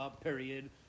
period